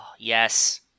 yes